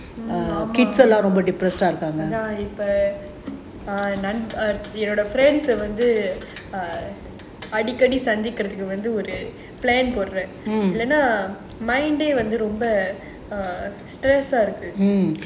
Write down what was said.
அதான் இப்ப என்னோட வந்து அடிக்கடி சந்திக்கரத்துக்கு ஒரு போடுறேன் இல்லனா ரொம்ப:athaan ippa ennoda vanthu adikadi santhikarathuku oru poduraen illana romba stress இருக்கு:irukku